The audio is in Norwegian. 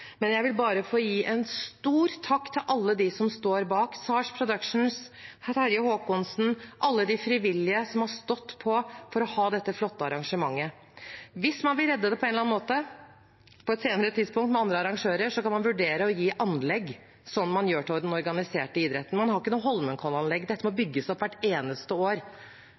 Men jeg vil bare få gi en stor takk til alle de som står bak: SAHR Production, Terje Håkonsen og alle de frivillige som har stått på for å ha dette flotte arrangementet. Hvis man vil redde det, på en eller annen måte, på et senere tidspunkt, med andre arrangører, kan man vurdere å gi anlegg, slik man gjør til den organiserte idretten. Man har ikke noe Holmenkollen-anlegg. Dette må bygges opp hvert eneste år.